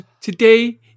today